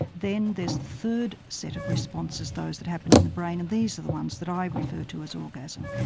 then there's the third set of responses, those that happen in the brain and these are the ones that i refer to as orgasm.